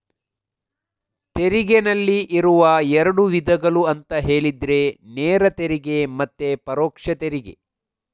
ತೆರಿಗೆನಲ್ಲಿ ಇರುವ ಎರಡು ವಿಧಗಳು ಅಂತ ಹೇಳಿದ್ರೆ ನೇರ ತೆರಿಗೆ ಮತ್ತೆ ಪರೋಕ್ಷ ತೆರಿಗೆ